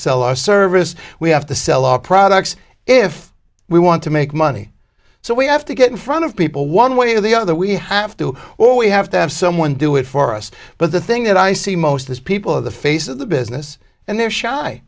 sell our service we have to sell our products if we want to make money so we have to get in front of people one way or the other we have to or we have to have someone do it for us but the thing that i see most is people the face of the business and they're shy